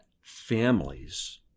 families